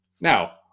now